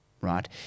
right